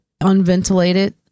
unventilated